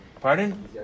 Pardon